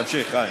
תמשיך, חיים.